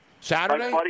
Saturday